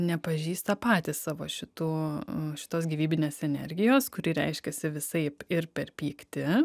nepažįsta patys savo šitų šitos gyvybinės energijos kuri reiškiasi visaip ir per pyktį